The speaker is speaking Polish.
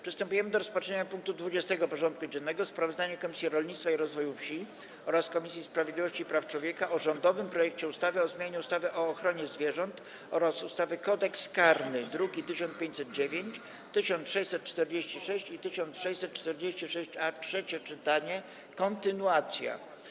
Przystępujemy do rozpatrzenia punktu 20. porządku dziennego: Sprawozdanie Komisji Rolnictwa i Rozwoju Wsi oraz Komisji Sprawiedliwości i Praw Człowieka o rządowym projekcie ustawy o zmianie ustawy o ochronie zwierząt oraz ustawy Kodeks karny (druki nr 1509, 1646 i 1646-A) - trzecie czytanie - kontynuacja.